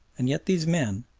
and yet these men,